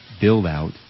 build-out